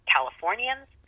Californians